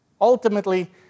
Ultimately